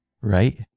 right